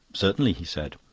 certainly, he said.